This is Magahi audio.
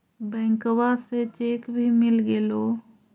बैंकवा से चेक भी मिलगेलो?